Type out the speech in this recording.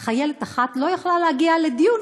אפילו חיילת אחת לא יכלה להגיע לדיון,